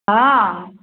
हँ